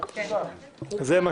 אדוני, זה מה